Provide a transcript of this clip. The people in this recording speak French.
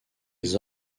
des